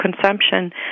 consumption